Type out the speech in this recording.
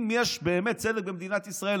אם באמת יש צדק במדינת ישראל,